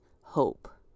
hope